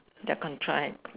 they're come try